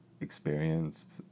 experienced